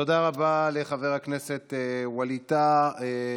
תודה רבה לחבר הכנסת ווליד טאהא.